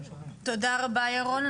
תודה רבה ירון.